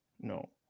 No